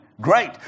Great